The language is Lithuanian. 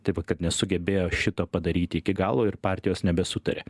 tai va kad nesugebėjo šito padaryti iki galo ir partijos nebesutaria